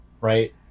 right